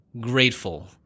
grateful